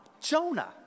Jonah